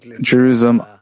Jerusalem